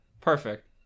Perfect